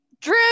drew